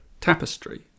tapestry